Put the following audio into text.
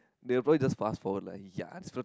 they'll probably just fast forward lah ya this fella